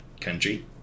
country